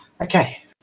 okay